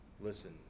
listen